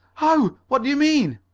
how? what do you mean?